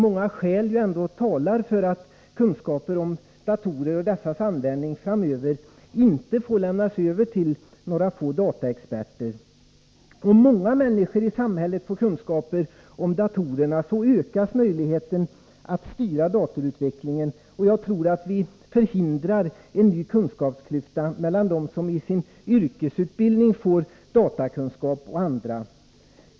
Många skäl talar nämligen för att kunskaper om datorer och deras användning framöver inte får överlåtas på några få dataexperter. Om många människor i samhället får kunskaper om datorer ökas möjligheterna att styra datautvecklingen. Jag tror att vi på så sätt förhindrar en ny kunskapsklyfta mellan dem som i sin yrkesutbildning får datakunskap och andra.